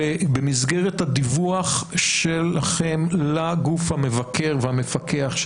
במסגרת הדיווח שלכם לגוף המבקר והמפקח,